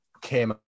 came